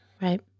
Right